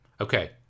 Okay